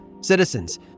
Citizens